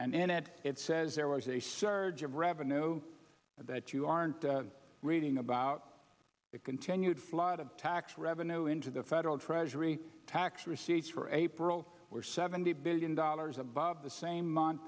in it it says there was a surge of revenue that you aren't reading about it continued flood of tax revenue into the federal treasury tax receipts for april were seventy billion dollars above the same month